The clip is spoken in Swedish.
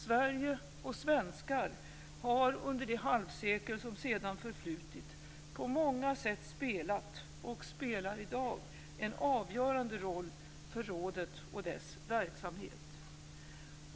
Sverige och svenskar har, under det halvsekel som sedan förflutit, på många sätt spelat - och spelar i dag - en avgörande roll för rådet och dess verksamhet.